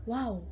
Wow